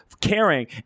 caring